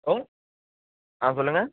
hello ஆ சொல்லுங்கள்